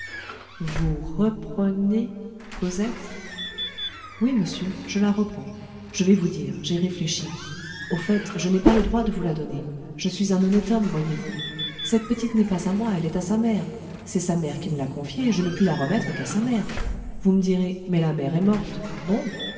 vous re pre nez cosette oui monsieur je la reprends je vais vous dire j'ai réfléchi au fait je n'ai pas le droit de vous la donner je suis un honnête homme voyez-vous cette petite n'est pas à moi elle est à sa mère c'est sa mère qui me l'a confiée je ne puis la remettre qu'à sa mère vous me direz mais la mère est morte bon